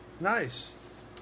Nice